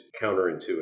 counterintuitive